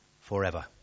forever